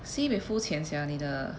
sibeh sia 你的